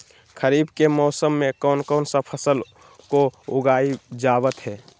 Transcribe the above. खरीफ के मौसम में कौन कौन सा फसल को उगाई जावत हैं?